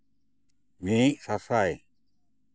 ᱢᱤᱫ ᱥᱟᱥᱟᱭ